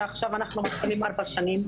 שעכשיו אנחנו מתחילים ארבע שנים,